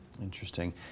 Interesting